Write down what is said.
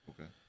Okay